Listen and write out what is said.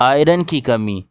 iron کی کمی